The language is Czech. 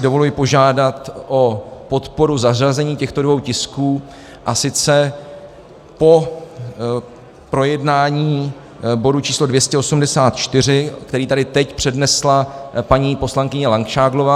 Dovoluji si požádat o podporu zařazení těchto dvou tisků, a sice po projednání bodu číslo 284, který tady teď přednesla paní poslankyně Langšádlová.